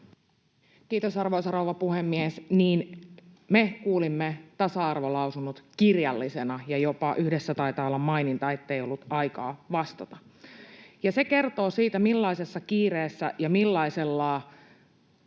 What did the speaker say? Kiitos, arvoisa rouva puhemies! Niin, me kuulimme tasa-arvolausunnot kirjallisina, ja yhdessä taitaa jopa olla maininta, että ei ollut aikaa vastata. Se kertoo siitä, millaisessa kiireessä ja millaisella